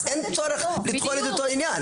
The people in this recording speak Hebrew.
אז אין צורך לטחון את אותו עניין.